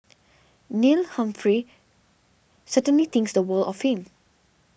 Neil Humphrey certainly thinks the world of him